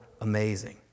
amazing